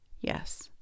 Yes